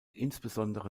insbesondere